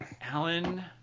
Alan